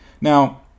Now